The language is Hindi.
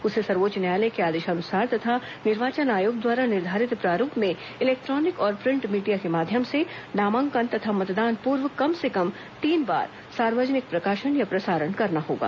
उसे सर्वोच्च न्यायालय के आदेशानुसार तथा निर्वाचन आयोग द्वारा निर्धारित प्रारूप में इलेक्ट्रॉनिक और प्रिंट मीडिया के माध्यम से नामांकन तथा मतदान पूर्व कम से कम तीन बार सार्वजनिक प्रकाशन या प्रसारण करना होगा